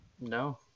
No